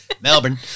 Melbourne